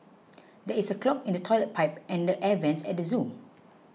there is a clog in the Toilet Pipe and the Air Vents at the zoo